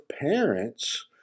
parents